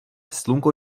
slunko